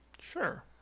Sure